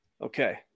Okay